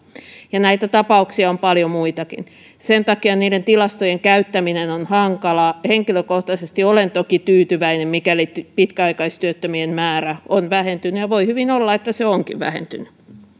ja näitä tapauksia on paljon muitakin sen takia niiden tilastojen käyttäminen on hankalaa henkilökohtaisesti olen toki tyytyväinen mikäli pitkäaikaistyöttömien määrä on vähentynyt ja voi hyvin olla että se onkin vähentynyt